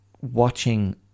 watching